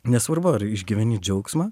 nesvarbu ar išgyveni džiaugsmą